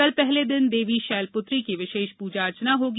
कल पहले दिने देवी शैलपुत्री की विशेष पूजा अर्चना होगी